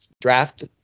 draft